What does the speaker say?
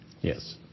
Yes